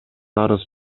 арыз